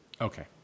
Okay